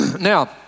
Now